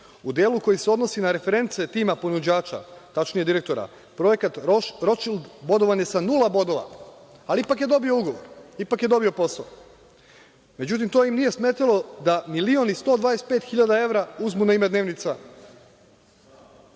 U delu koji se odnosi na reference tima ponuđača, tačnije direktora projekat „Ročšild“ je bodovan sa nula bodova, ali ipak je dobio ugovor. Ipak je dobio posao.Međutim, to im nije smetalo da milion i 125 hiljada evra uzmu na ime dnevnica.